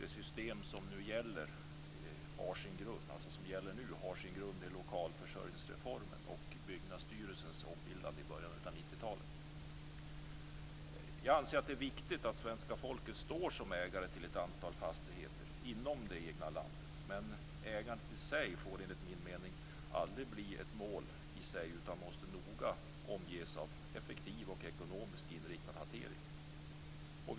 Det system som gäller nu har sin grund i lokalförsörjningsreformen och Byggnadsstyrelsens ombildande i början av Jag anser att det är viktigt att svenska folket står som ägare till ett antal fastigheter inom det egna landet, men ägandet får, enligt min mening, aldrig blir ett mål i sig utan måste noga omges av en effektiv och ekonomiskt inriktad hantering.